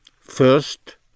first